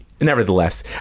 nevertheless